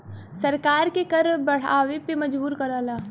सरकार के कर बढ़ावे पे मजबूर करला